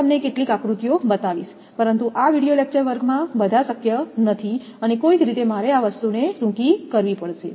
હું તમને કેટલીક આકૃતિઓ બતાવીશ પરંતુ આ વિડિઓ લેક્ચર વર્ગમાં બધા શક્ય નથી અને કોઈક રીતે મારે આ વસ્તુને ટૂંકી કરવી પડશે